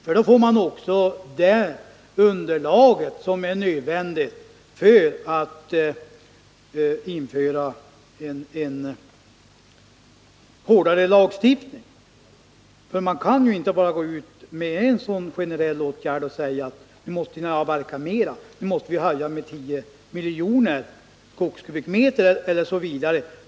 Därigenom skulle man också få det underlag som är nödvändigt för införandet av en hårdare lagstiftning. Man kan ju inte bara gå ut med en generell åtgärd av innebörden: Nu måste ni avverka mer, ni måste öka avverkningen med 10 miljoner skogskubikmeter osv.